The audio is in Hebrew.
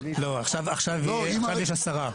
לא, עכשיו יש עשרה.